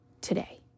today